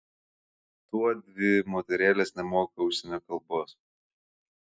tuodvi moterėlės nemoka užsienio kalbos